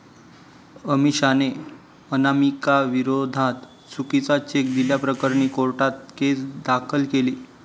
अमिषाने अनामिकाविरोधात चुकीचा चेक दिल्याप्रकरणी कोर्टात केस दाखल केली